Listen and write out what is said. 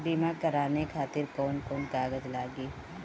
बीमा कराने खातिर कौन कौन कागज लागी?